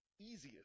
easiest